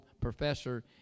professor